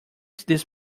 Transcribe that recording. this